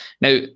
Now